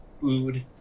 food